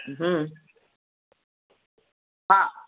ہوں ہاں